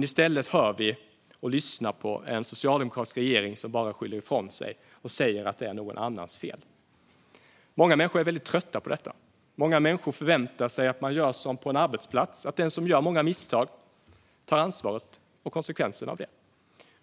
I stället hör vi och lyssnar på en socialdemokratisk regering som bara skyller ifrån sig och säger att det är någon annans fel. Många människor är väldigt trötta på detta. Många människor förväntar sig att man gör som på en arbetsplats, att den som gör många misstag tar ansvaret och konsekvensen av det.